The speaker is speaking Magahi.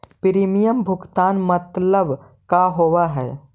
प्रीमियम भुगतान मतलब का होव हइ?